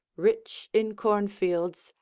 rich in cornfields,